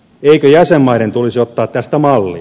eikö jäsenmaiden tulisi ottaa tästä mallia